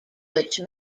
which